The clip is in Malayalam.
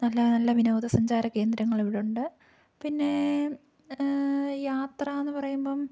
നല്ല നല്ല വിനോദസഞ്ചാര കേന്ദ്രങ്ങൾ ഇവിടെ ഉണ്ട് പിന്നെ ഈ യാത്ര എന്ന് പറയുമ്പം